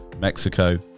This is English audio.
Mexico